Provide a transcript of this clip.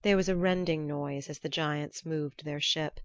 there was a rending noise as the giants moved their ship